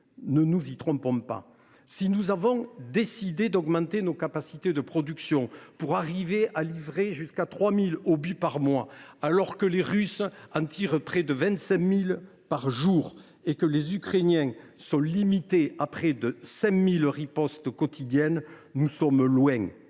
Ne nous y trompons pas, si nous avons décidé d’augmenter nos capacités de production, afin de réussir à livrer jusqu’à 3 000 obus par mois, les Russes, eux, en tirent près de 25 000 par jour, quand les Ukrainiens sont limités à près de 5 000 ripostes quotidiennes : nous sommes loin,